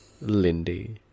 lindy